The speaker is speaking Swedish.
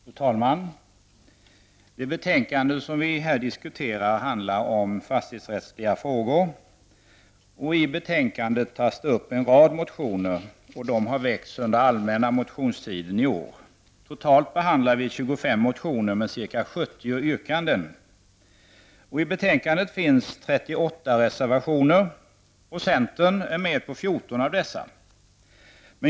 Fru talman! Bostadsutskottets betänkande nr 1 handlar om fastighetsrättsliga frågor. Betänkandet behandlade en rad motioner som väcktes under den allmänna motionstiden i år. Totalt behandlas 25 38 reservationer. Centern är med på 14 av dessa.